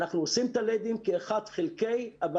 אנחנו עושים את ה-לדים כאחד חלקי אבל